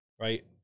right